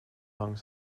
lang